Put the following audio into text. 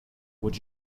would